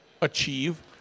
achieve